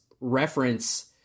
reference